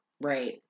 Right